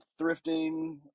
thrifting